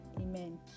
amen